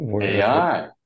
AI